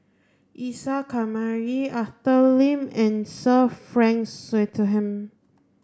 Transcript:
Isa Kamari Arthur Lim and Sir Frank Swettenham